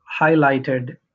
highlighted